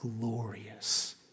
glorious